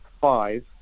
five